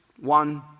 one